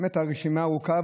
באמת הרשימה ארוכה,